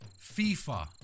FIFA